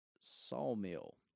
Sawmill